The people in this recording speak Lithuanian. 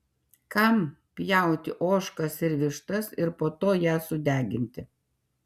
kam pjauti ožkas ir vištas ir po to jas sudeginti